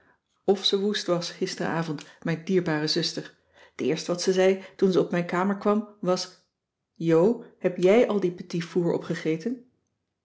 of ze woest was gisteravond mijn dierbare zuster t eerste wat ze zei toen ze op mijn kamer kwam was jo heb jij al die petit fours opgegeten